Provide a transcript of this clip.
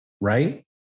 right